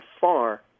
far